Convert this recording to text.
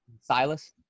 Silas